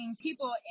people